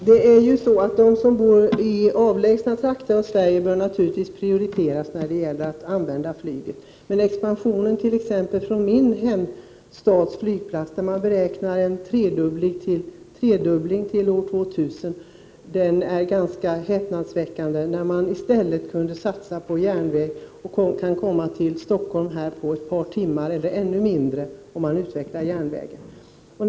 Herr talman! De som bor i avlägsna trakter här i Sverige bör naturligtvis prioriteras när det gäller användandet av flyget. Men expansionen t.ex. av flygplatsen i min hemstad — man räknar med en tredubbling fram till år 2000— är ganska häpnadsväckande. I stället kunde man ju satsa på järnvägen. Man skulle kunna åka tåg till Stockholm på ett par timmar eller ännu kortare tid, om järnvägen utvecklades.